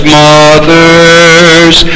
mothers